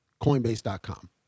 Coinbase.com